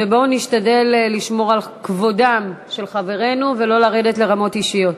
בואו נשתדל לשמור על כבודם של חברינו ולא לרדת לרמות אישיות.